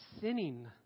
sinning